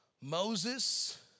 Moses